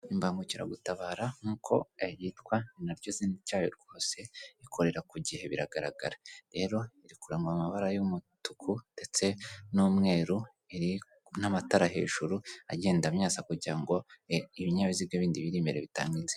Imbangukiragutabara nk'uko yitwa ni naryo zina ryayo rwose ikorera ku gihe biragaragara rero iri kure mu mabara y'umutuku, ndetse n'umweru n'amatara hejuru agenda amyatsa kugira ngo ibinyabiziga bindi biri imbere bitange inzira.